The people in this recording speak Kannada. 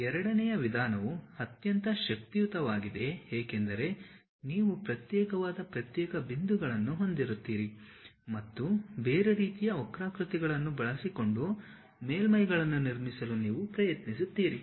ಎರಡನೆಯ ವಿಧಾನವು ಅತ್ಯಂತ ಶಕ್ತಿಯುತವಾಗಿದೆ ಏಕೆಂದರೆ ನೀವು ಪ್ರತ್ಯೇಕವಾದ ಪ್ರತ್ಯೇಕ ಬಿಂದುಗಳನ್ನು ಹೊಂದಿರುತ್ತೀರಿ ಮತ್ತು ಬೇರೆ ರೀತಿಯ ವಕ್ರಾಕೃತಿಗಳನ್ನು ಬಳಸಿಕೊಂಡು ಮೇಲ್ಮೈಗಳನ್ನು ನಿರ್ಮಿಸಲು ನೀವು ಪ್ರಯತ್ನಿಸುತ್ತೀರಿ